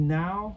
now